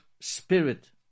spirit